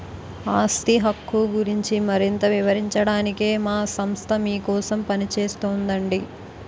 ఆస్తి హక్కు గురించి మరింత వివరించడానికే మా సంస్థ మీకోసం పనిచేస్తోందండి